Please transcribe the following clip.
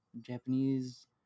Japanese